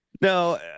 no